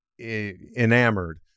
enamored